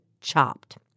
Chopped